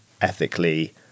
ethically